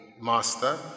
Master